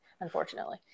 unfortunately